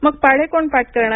मग पाढे कोण पाठ करणार